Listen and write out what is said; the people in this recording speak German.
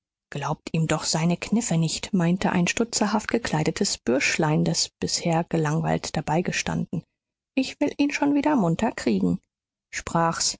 glaubt ihm doch seine kniffe nicht meinte ein stutzerhaft gekleidetes bürschlein das bisher gelangweilt dabeigestanden ich will ihn schon wieder munter kriegen sprach's